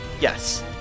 yes